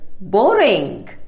boring